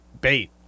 bait